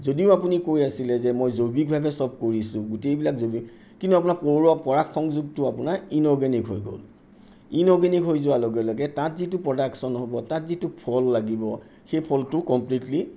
যদিও আপুনি কৈ আছিলে যে মই জৈৱিকভাৱে চব কৰিছোঁ গোটেইবিলাক জৈৱিক কিন্তু আপোনাৰ পৰুৱা পৰাগ সংযোগটো আপোনাৰ ইনঅৰ্গেনিক হৈ গ'ল ইনঅৰ্গেনিক হৈ যোৱাৰ লগে লগে তাত যিটো প্ৰডাকশ্যন হ'ব তাত যিটো ফল লাগিব সেই ফলটো কমপ্লিটলি